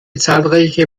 zahlreiche